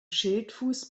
schildfuß